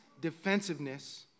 defensiveness